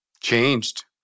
changed